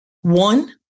One